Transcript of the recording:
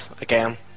again